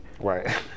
Right